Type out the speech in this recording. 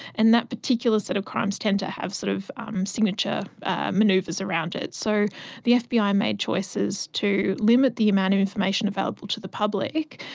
and that particular set of crimes tends to have sort of um signature ah manoeuvres around it. so the fbi ah made choices to limit the amount of information available to the public,